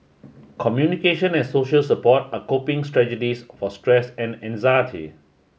communication and social support are coping strategies for stress and anxiety